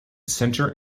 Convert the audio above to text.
center